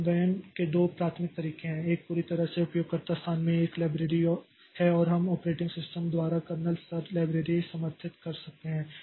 कार्यान्वयन के दो प्राथमिक तरीके हैं एक पूरी तरह से उपयोगकर्ता स्थान में एक लाइब्रेरी है और हम ऑपरेटिंग सिस्टम द्वारा कर्नेल स्तर लाइब्रेरी समर्थित कर सकते हैं